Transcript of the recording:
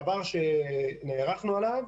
זה דבר שנערכנו לו,